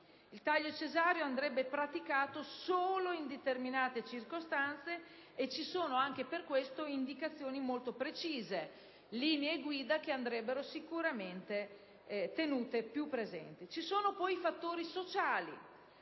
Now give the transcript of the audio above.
il taglio cesareo andrebbe praticato solo in determinate circostanze. Anche per questo motivo, vi sono indicazioni molto precise e linee guida che andrebbero sicuramente tenute più presenti. Esistono poi fattori sociali.